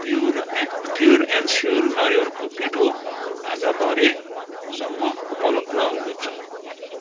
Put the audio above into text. pure pure and sure नरिवलको पिठो आज भरेसम्म उपलब्ध हुनेछ